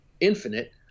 infinite